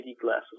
glasses